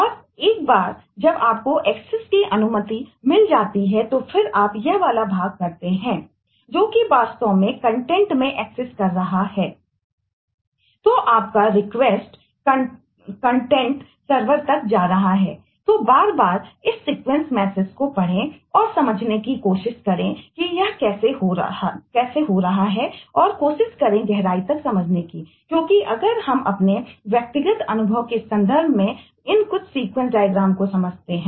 और एक बार जब आपको एक्सेसको समझते हैं